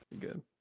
good